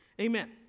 Amen